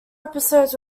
episodes